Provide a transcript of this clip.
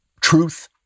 truth